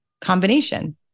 combination